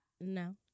No